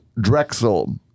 Drexel